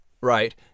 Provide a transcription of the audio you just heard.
Right